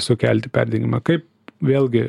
sukelti perdegimą kaip vėlgi